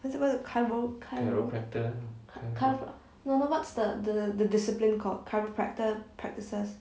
不是不是 chiro~ chiro~ chi~ no what's the the discipline called chiropractor practices